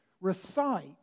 recite